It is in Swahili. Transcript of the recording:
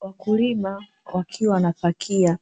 Wakulima wakiwa wanapakia